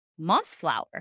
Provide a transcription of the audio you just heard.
Mossflower